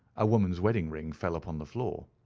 a woman's wedding ring fell upon the floor.